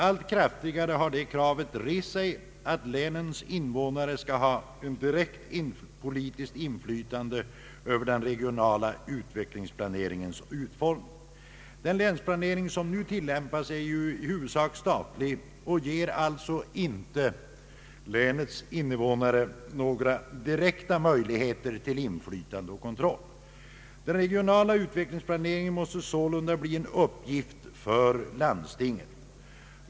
Allt kraftigare har det kravet rests att länens invånare skall ha direkt politiskt inflytande över den regionala utvecklingsplaneringens utformning. Den länsplanering som nu tillämpas är i huvudsak statlig och ger alltså inte länets invånare några direkta möjligheter till inflytande och kontroll. Den regionala utvecklingsplaneringen måste sålunda bli en uppgift för landstinget.